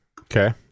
Okay